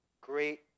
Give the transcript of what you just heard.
great